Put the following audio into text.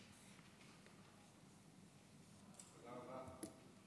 תודה רבה.